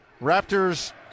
Raptors